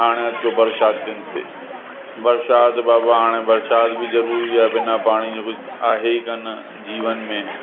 हाणे अचो बरसातियुनि ते बरसाति बाबा हाणे बरसाति बि ज़रूरी आहे बिना पाणी जे कुझु आहे ई कोन जीवन में